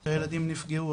אם הילדים נפגעו,